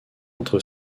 entre